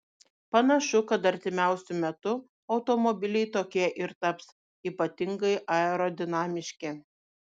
panašu kad artimiausiu metu automobiliai tokie ir taps ypatingai aerodinamiški